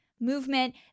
movement